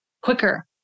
quicker